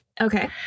Okay